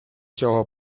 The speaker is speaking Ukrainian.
цього